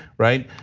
right?